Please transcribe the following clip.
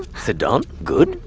sit down. good.